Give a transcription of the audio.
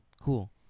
Cool